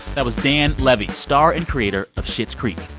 that was dan levy, star and creator of schitt's creek.